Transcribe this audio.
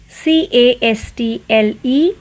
castle